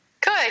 Good